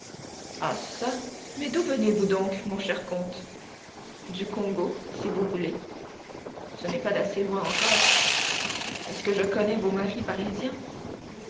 ah çà mais d'où venez-vous donc mon cher comte du congo si vous voulez ce n'est pas d'assez loin encore est-ce que je connais vos maris parisiens